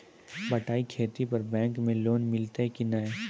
बटाई खेती पर बैंक मे लोन मिलतै कि नैय?